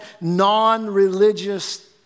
non-religious